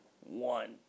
One